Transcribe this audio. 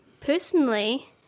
personally